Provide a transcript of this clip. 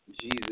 Jesus